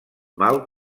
mal